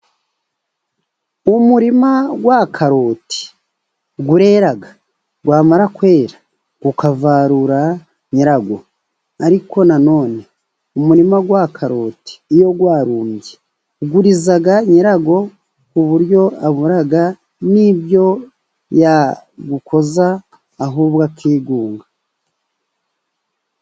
Umurima wa karoti urera, wamara kwera ukavarura nyirawo. Ariko nanone, umurima wa karoti iyo warumbye, uriza nyirawo ku buryo abura n’ibyo yawukoza, ahubwo akigunga.